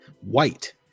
white